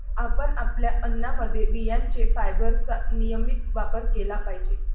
आपण आपल्या अन्नामध्ये बियांचे फायबरचा नियमित वापर केला पाहिजे